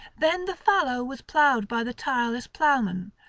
then the fallow was ploughed by the tireless ploughman,